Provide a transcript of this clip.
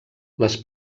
les